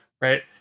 right